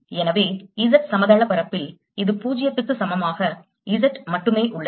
எனவே Z சமதள பரப்பில் இது 0 க்கு சமமாக Z மட்டுமே உள்ளது